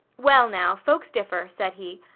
well, now, folks differ, said he.